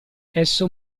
esso